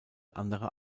anderer